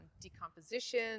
decomposition